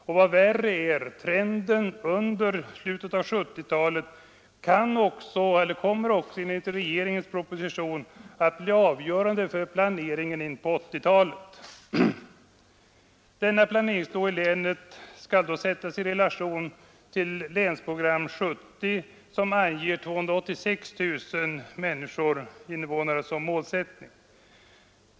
Och vad värre är, trenden under slutet av 1970-talet kommer enligt regeringens proposition att bli avgörande för planeringen in på 1980-talet. Denna planeringsnivå i länet skall sättas i relation till länsprogram 1970, som anger 286 000 innevånare som målsättning.